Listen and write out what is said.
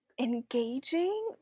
engaging